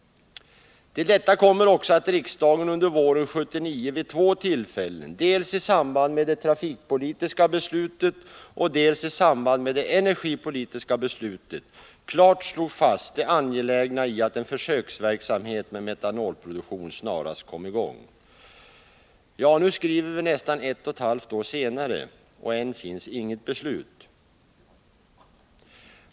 Till detta kommer att riksdagen under våren 1979 vid två tilifällen — dels i samband med det trafikpolitiska beslutet, dels i samband med det energipolitiska beslutet — klart slog fast det angelägna i att en försöksverksamhet med metanolproduktion snarast kom i gång. Nu skriver vi nästan ett och ett halvt år senare, men än finns inget beslut.